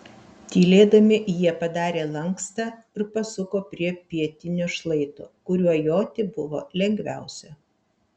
tylėdami jie padarė lankstą ir pasuko prie pietinio šlaito kuriuo joti buvo lengviausia